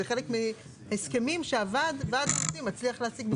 זה חלק מההסכמים שוועד העובדים מצליח להשיג.